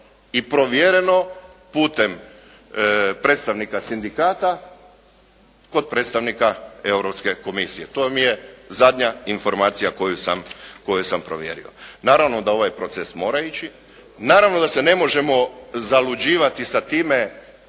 I provjereno putem predstavnika sindikata, kod predstavnika Europske komisije. To vam je zadnja informacija koju sam provjerio. Naravno da ovaj proces mora ići, naravno da se ne možemo zaluđivati sa time